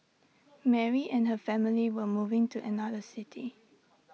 Mary and her family were moving to another city